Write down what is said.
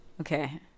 Okay